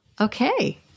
Okay